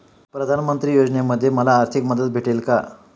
प्रधानमंत्री योजनेमध्ये मला आर्थिक मदत भेटेल का?